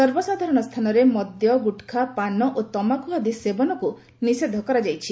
ସର୍ବସାଧାରଣ ସ୍ଥାନରେ ମଦ୍ୟ ଗୁଟ୍ଖା ପାନ ଓ ତମାଖୁ ଆଦି ସେବନ ନିଷେଧ କରାଯାଇଛି